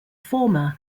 former